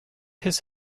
his